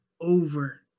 over